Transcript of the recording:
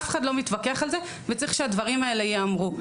אף אחד לא מתווכח על זה וצריך שהדברים האלה ייאמרו.